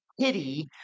pity